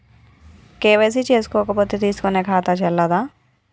KYC చేసుకోకపోతే తీసుకునే ఖాతా చెల్లదా?